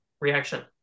reaction